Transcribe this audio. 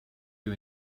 you